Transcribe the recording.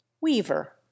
Weaver